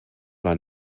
war